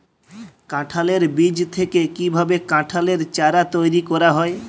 কাঁঠালের বীজ থেকে কীভাবে কাঁঠালের চারা তৈরি করা হয়?